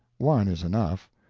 one is enough.